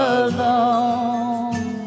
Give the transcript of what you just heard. alone